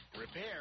repair